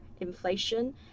inflation